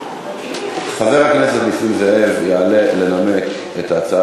חבר הכנסת נסים זאב יעלה לנמק את ההצעה